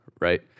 right